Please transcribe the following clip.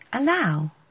allow